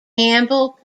campbell